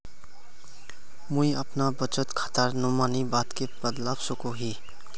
मुई अपना बचत खातार नोमानी बाद के बदलवा सकोहो ही?